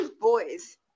Boys